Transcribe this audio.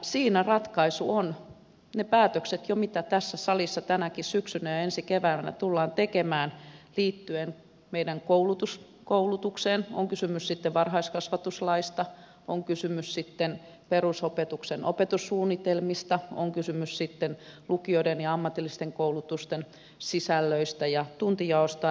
siinä ratkaisu on ne päätökset mitä tässä salissa jo tänäkin syksynä ja ensi keväänä tullaan tekemään liittyen meidän koulutukseen on kysymys sitten varhaiskasvatuslaista on kysymys sitten perusopetuksen opetussuunnitelmista on kysymys sitten lukioiden ja ammatillisen koulutuksen sisällöistä ja tuntijaosta